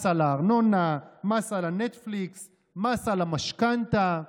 מס על הארנונה, מס על נטפליקס,